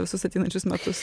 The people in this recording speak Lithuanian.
visus ateinančius metus